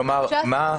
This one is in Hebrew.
כלומר, מה?